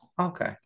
Okay